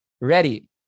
ready